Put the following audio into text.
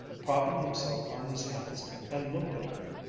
propping himself on his hands and looked at her,